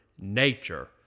Nature